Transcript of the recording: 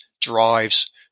drives